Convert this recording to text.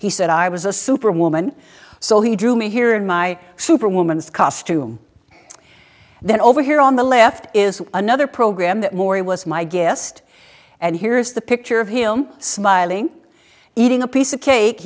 he said i was a superwoman so he drew me here in my super woman's costume then over here on the left is another program that morrie was my guest and here's the picture of him smiling eating a piece of cake